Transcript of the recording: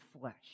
flesh